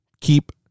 keep